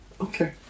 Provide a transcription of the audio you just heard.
Okay